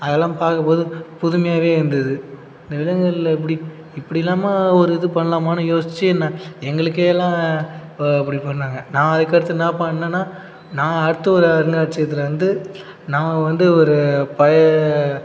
அதெலாம் பார்க்கும்போது புதுமையாகவே இருந்துது இந்த விலங்குகளில் எப்படி இப்படிலாமா ஒரு இது பண்ணலாமான்னு யோசிச்சு நான் எங்களுக்கே எல்லாம் இப்படி பண்ணாங்க நான் அதுக்கடுத்து என்ன பண்ணேன்னா நான் அடுத்து ஒரு அருங்காட்சியத்தில் வந்து நான் வந்து ஒரு பழைய